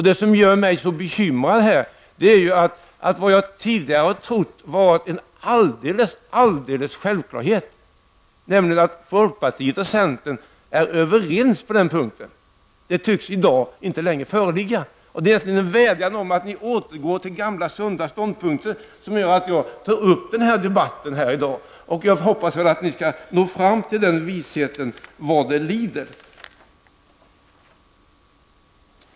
Det som gör mig så bekymrad är att den enighet som jag tidigare trodde var en självklarhet, nämligen att folkpartiet och centern är överens på den här punkten, inte längre tycks föreligga. Det är för att vädja att ni går tillbaka till gamla sunda ståndpunkter som jag tar upp debatten här i dag. Jag hoppas att ni skall nå fram till den visheten vad det lider.